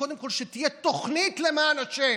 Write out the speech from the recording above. וקודם כול שתהיה תוכנית, למען השם,